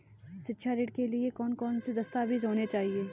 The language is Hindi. शिक्षा ऋण के लिए कौन कौन से दस्तावेज होने चाहिए?